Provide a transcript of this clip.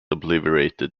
obliterated